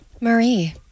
Marie